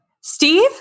Steve